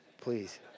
please